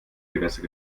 gewässer